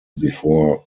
before